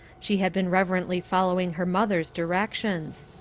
she had been reverently following her mother's directions.